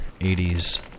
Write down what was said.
80s